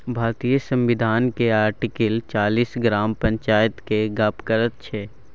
भारतीय संविधान केर आर्टिकल चालीस ग्राम पंचायत केर गप्प करैत छै